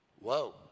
whoa